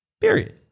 Period